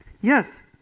Yes